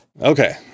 okay